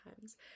times